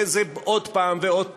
וזה עוד פעם ועוד פעם,